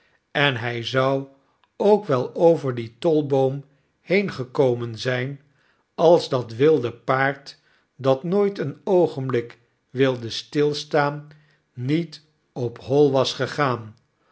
en hy zou ook wel over dien tolboom heen gekomen zyn als dat wilde paard dat nooit een oogenblik wilde stilstaan niet op hoi was gegaan